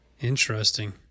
Interesting